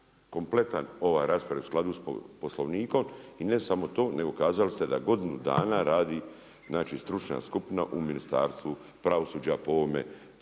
kompletan ova rasprava je u skladu sa Poslovnikom. I ne samo to, nego kazali ste da godinu dana radi znači stručna skupina u Ministarstvu pravosuđa po ovome tekstu